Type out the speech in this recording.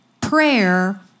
prayer